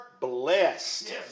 blessed